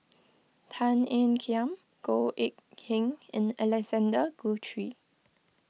Tan Ean Kiam Goh Eck Kheng and Alexander Guthrie